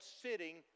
sitting